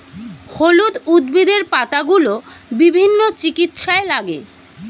হলুদ উদ্ভিদের পাতাগুলো বিভিন্ন চিকিৎসায় লাগে